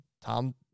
Tom